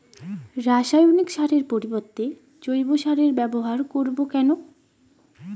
রাসায়নিক সারের পরিবর্তে জৈব সারের ব্যবহার করব কেন?